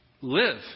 live